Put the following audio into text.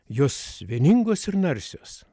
jos vieningos ir narsios